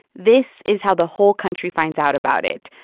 this is how the whole country finds out about it.